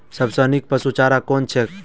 सबसँ नीक पशुचारा कुन छैक?